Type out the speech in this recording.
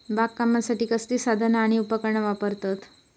बागकामासाठी कसली साधना आणि उपकरणा वापरतत?